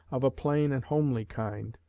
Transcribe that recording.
of a plain and homely kind,